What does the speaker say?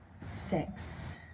six